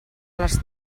les